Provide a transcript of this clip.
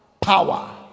power